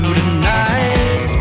tonight